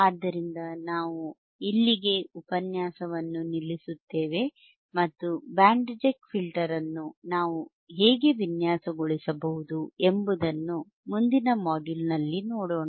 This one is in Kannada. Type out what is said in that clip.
ಆದ್ದರಿಂದ ನಾವು ಇಲ್ಲಿಗೆ ಉಪನ್ಯಾಸವನ್ನು ನಿಲ್ಲಿಸುತ್ತೇವೆ ಮತ್ತು ಬ್ಯಾಂಡ್ ರಿಜೆಕ್ಟ್ ಫಿಲ್ಟರ್ ಅನ್ನು ನಾವು ಹೇಗೆ ವಿನ್ಯಾಸಗೊಳಿಸಬಹುದು ಎಂಬುದನ್ನು ಮುಂದಿನ ಮಾಡ್ಯೂಲ್ನಲ್ಲಿ ನೋಡೋಣ